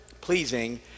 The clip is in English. pleasing